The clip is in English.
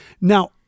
Now